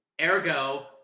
Ergo